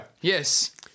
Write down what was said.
Yes